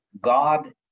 God